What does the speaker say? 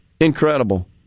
Incredible